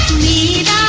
need